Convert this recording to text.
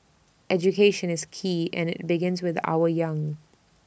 education is key and IT begins with our young